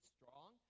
Strong